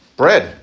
bread